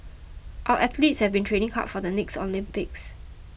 our athletes have been training hard for the next Olympics